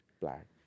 black